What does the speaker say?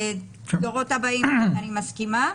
הדורות הבאים אני מסכימה,